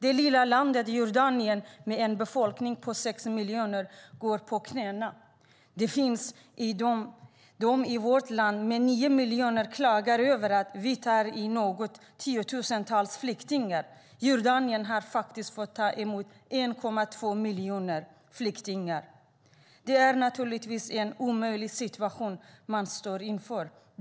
Det lilla landet Jordanien, med en befolkning på sex miljoner, går på knäna. Det finns de i vårt land, med nio miljoner invånare, som klagar över att vi tar in runt 10 000 flyktingar. Jordanien har fått ta emot 1,2 miljoner flyktingar. Det är naturligtvis en omöjlig situation som man står inför.